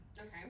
Okay